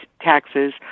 taxes